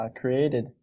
created